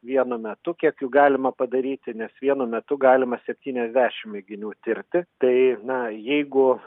vienu metu kiek jų galima padaryti nes vienu metu galima septyniasdešim mėginių tirti tai na jeigu